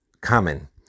common